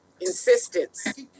Insistence